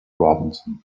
robinson